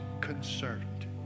concerned